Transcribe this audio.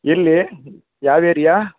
ಎಲ್ಲಿ ಯಾವ ಏರಿಯಾ